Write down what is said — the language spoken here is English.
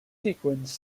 sequence